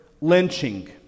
lynching